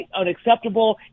unacceptable